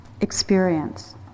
Experience